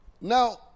Now